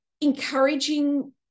encouraging